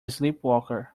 sleepwalker